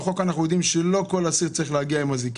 בחוק אנחנו יודעים שלא כל אסיר צריך להגיע עם אזיקים.